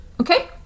Okay